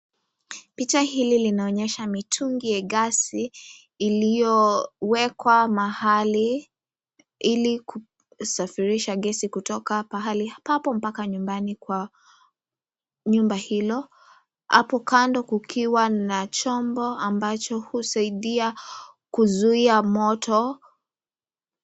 Picha hili linaonyesha mitungi ya gasi, iliyowekwa mahali ili kusafirisha gesi kutoka pahali papo mpaka nyumbani, Kwa nyumba hilo, hapo kando kukiwa na chombo ambacho husaidia kuzuia moto.